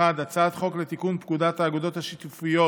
1. הצעת חוק לתיקון פקודת האגודות השיתופיות